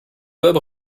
bob